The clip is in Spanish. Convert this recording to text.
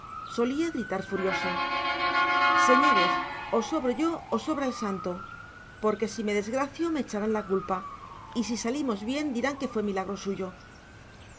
solía gritar furioso señores o sobro yo o sobra el santo porque si me desgracio me echarán la culpa y si salimos bien dirán que fue milagro suyo